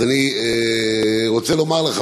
אז אני רוצה לומר לך,